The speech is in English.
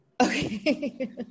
Okay